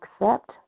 accept